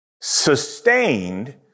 sustained